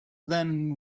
then